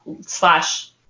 slash